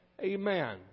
Amen